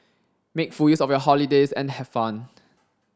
make full use of your holidays and have fun